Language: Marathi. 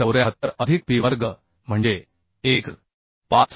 5674 अधिक pi वर्ग म्हणजे 1